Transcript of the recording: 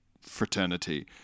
fraternity